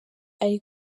ari